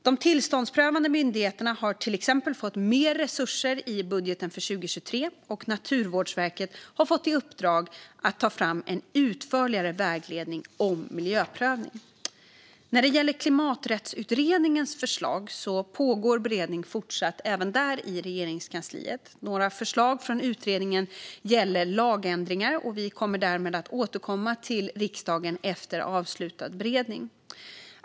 De tillståndsprövande myndigheterna har till exempel fått mer resurser i budgeten för 2023, och Naturvårdsverket har fått i uppdrag att ta fram en utförligare vägledning om miljöprövning. När det gäller Klimaträttsutredningens förslag pågår beredningen fortsatt även där i Regeringskansliet. Några förslag från utredningen gäller lagändringar, och vi kommer därmed att återkomma till riksdagen efter avslutad beredning.